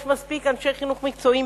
יש בארץ מספיק אנשי חינוך מקצועיים